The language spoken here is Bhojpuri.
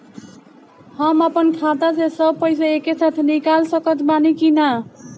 हम आपन खाता से सब पैसा एके साथे निकाल सकत बानी की ना?